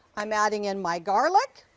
i'm adding in my garlic.